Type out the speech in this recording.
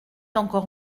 encore